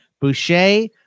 Boucher